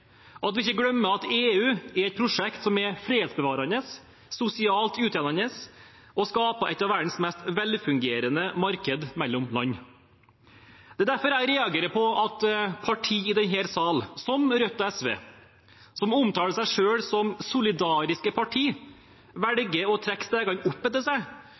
at vi ikke glemmer at EU er et prosjekt som er fredsbevarende, sosialt utjevnende og skaper et av verdens mest velfungerende marked mellom land. Det er derfor jeg reagerer på at partier i denne sal, som Rødt og SV, som omtaler seg selv som solidariske partier, velger å trekke stigen opp etter seg